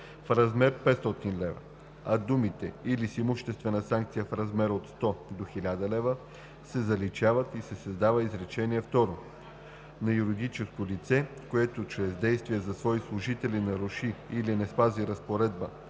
„в размер 500 лв.“, а думите „или с имуществена санкция в размер от 100 до 1000 лв.“ се заличават и се създава изречение второ: „На юридическо лице, което чрез действия на свои служители наруши или не спази разпоредба